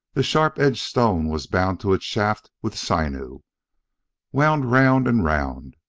the sharp-edged stone was bound to its shaft with sinew, wound round and round.